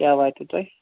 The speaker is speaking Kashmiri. کیٛاہ وأتوٕ تۅہہِ